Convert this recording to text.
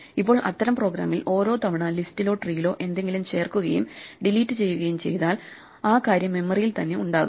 ഇപ്പോൾ അത്തരം പ്രോഗ്രാമിൽ ഓരോ തവണ ലിസ്റ്റിലോ ട്രീയിലോ എന്തെങ്കിലും ചേർക്കുകയും ഡിലീറ്റ് ചെയ്യുകയും ചെയ്താൽ ആ കാര്യം മെമ്മറിയിൽ തന്നെ ഉണ്ടാകും